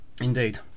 Indeed